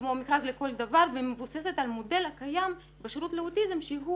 כמו מכרז לכל דבר ומבוססת על המודל הקיים בשירות לאוטיזם שהוא